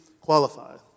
qualified